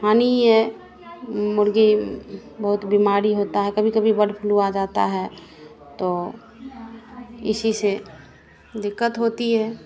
हानी है मुर्गी बहुत बीमारी होता है कभी कभी बड्ड फ्लू आ जाता है तो इसी से दिक्कत होती है